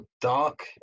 dark